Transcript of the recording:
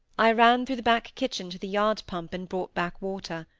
i ran through the back-kitchen to the yard pump, and brought back water.